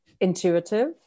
intuitive